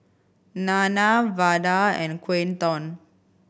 Nana Vada and Quinton